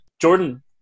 Jordan